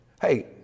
Hey